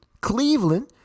Cleveland